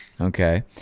okay